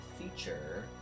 feature